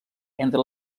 entre